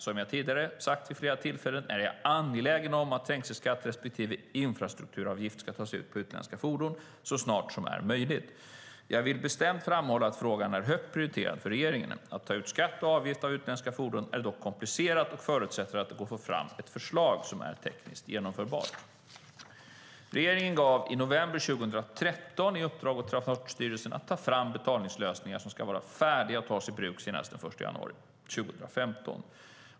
Som jag tidigare sagt vid flera tillfällen är jag angelägen om att trängselskatt respektive infrastrukturavgift ska tas ut av utländska fordon så snart som det är möjligt. Jag vill bestämt framhålla att frågan är högt prioriterad för regeringen. Att ta ut skatt och avgift av utländska fordon är dock komplicerat och förutsätter att det går att ta fram ett förslag som är tekniskt genomförbart. Regeringen gav i november 2013 i uppdrag åt Transportstyrelsen att ta fram betalningslösningar som ska vara färdiga att tas i bruk senast den 1 januari 2015.